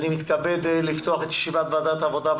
אני מתכבד לפתוח את ישיבת ועדת העבודה,